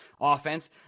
offense